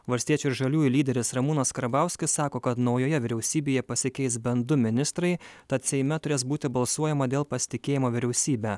valstiečių ir žaliųjų lyderis ramūnas karbauskis sako kad naujoje vyriausybėje pasikeis bent du ministrai tad seime turės būti balsuojama dėl pasitikėjimo vyriausybe